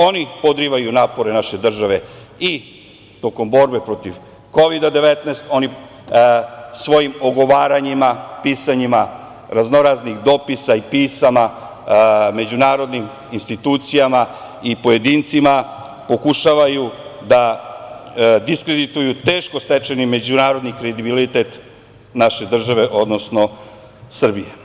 Oni podrivaju napore naše države i tokom borbe protiv Kovida 19, oni svojim ogovaranjima, pisanjima raznoraznih dopisa i pisama međunarodnim institucijama i pojedincima pokušavaju da diskredituju teško stečeni međunarodni kredibilitet naše države Srbije.